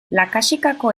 lakaxitako